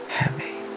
heavy